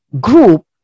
group